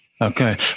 Okay